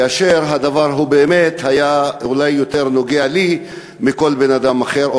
כאשר הדבר באמת אולי נוגע לי יותר מלכל אדם אחר,